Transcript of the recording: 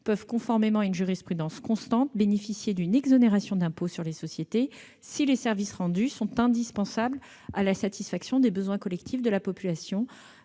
peuvent, conformément à une jurisprudence constante, bénéficier d'une exonération d'impôt sur les sociétés si les services rendus sont indispensables à la satisfaction des besoins collectifs de la population,